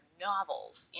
novels